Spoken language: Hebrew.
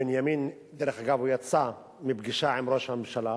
דרך אגב, הוא יצא מפגישה עם ראש הממשלה.